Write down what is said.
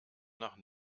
nach